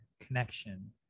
connection